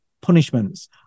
punishments